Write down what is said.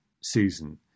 susan